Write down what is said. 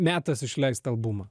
metas išleist albumą